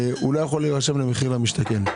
הוא לא יכול להירשם למחיר למשתכן.